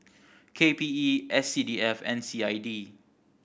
K P E S C D F and C I D